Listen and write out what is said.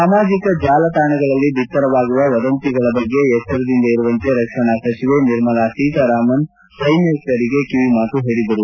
ಸಾಮಾಜಿಕ ಜಾಲತಾಣಗಳಲ್ಲಿ ಬಿತ್ತರವಾಗುವ ವದಂತಿಗಳ ಬಗ್ಗೆ ಎಚ್ಚರಿದಿಂದ ಇರುವಂತೆ ರಕ್ಷಣಾ ಸಚಿವೆ ನಿರ್ಮಲಾ ಸೀತಾರಾಮನ್ ಸೈನಿಕರಿಗೆ ಕಿವಿ ಮಾತು ಹೇಳಿದರು